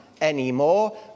anymore